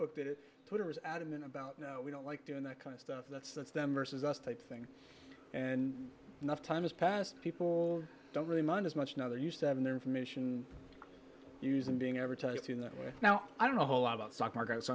twitter is adamant about we don't like doing that kind of stuff that's that's them versus us type thing and enough time has passed people don't really mind as much now they're used to having their information using being advertised in that way now i don't know a whole lot about stock markets